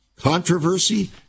Controversy